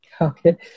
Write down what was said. Okay